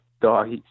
dog